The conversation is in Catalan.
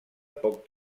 poc